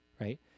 right